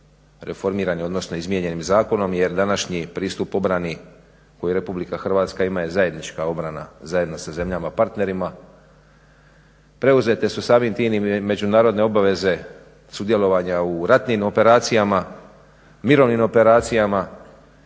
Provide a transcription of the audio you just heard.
reformiranim odnosno izmijenjenim zakonom jer današnji pristup obrani koji RH ima je zajednička obrana zajedno sa zemljama partnerima. Preuzete su samim tim i međunarodne obaveze sudjelovanja u ratnim operacijama, mirovnim operacijama.